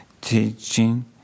teaching